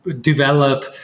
develop